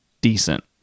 decent